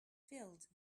filled